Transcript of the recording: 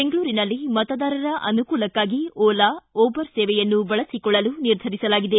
ಬೆಂಗಳೂರಿನಲ್ಲಿ ಮತದಾರರ ಅನುಕೂಲಕ್ಷಾಗಿ ಓಲಾ ಒಬರ್ ಸೇವೆಯನ್ನು ಬಳಸಿಕೊಳ್ಳಲು ನಿರ್ಧರಿಸಲಾಗಿದೆ